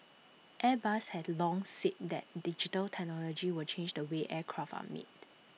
airbus had long said that digital technology will change the way aircraft are made